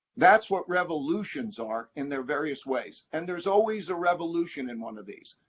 that's what revolutions are in their various ways. and there's always a revolution in one of these.